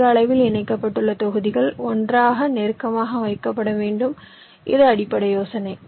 அதிக அளவில் இணைக்கப்பட்டுள்ள தொகுதிகள் ஒன்றாக நெருக்கமாக வைக்கப்பட வேண்டும் இது அடிப்படை யோசனை